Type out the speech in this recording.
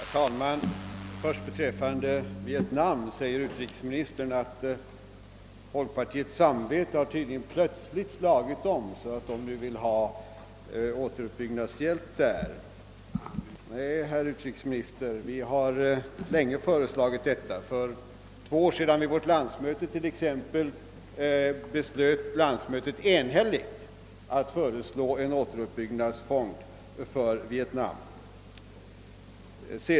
Herr talman! Jag tar först upp vietnamfrågan. Utrikesministern säger att folkpartiets samvete förmått partiet till ett plötsligt omslag, så att man nu Önskar få till stånd en återuppbyggnadshjälp. Nej, herr utrikesminister, vi har länge föreslagit detta. Jag nämner som exempel att vårt landsmöte för två år sedan enhälligt beslöt att föreslå en återuppbyggnadsfond för Vietnam.